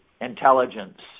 intelligence